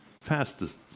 fastest